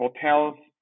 hotels